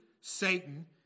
Satan